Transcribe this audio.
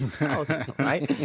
Right